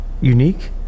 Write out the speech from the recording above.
unique